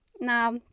Now